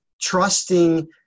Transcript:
trusting